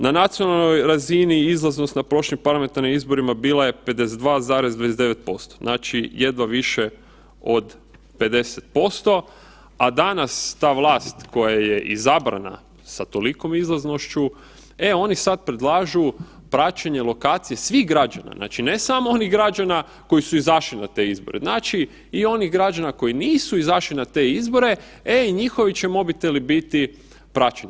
Na nacionalnoj razini izlaznost na prošlim parlamentarnim izborima bila je 52,29% znači jedva više od 50%, a danas ta vlast koja je izabrana sa tolikom izlaznošću, e oni sada predlažu praćenje lokacije svih građana, znači ne samo onih građana koji su izašli na te izbore, znači i onih građana koji nisu izašli na te izbore, e i njihovi će mobiteli biti praćeni.